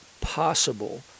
possible